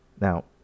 Now